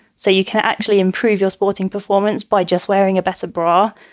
so you can actually improve your sporting performance by just wearing a better bra,